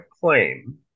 claim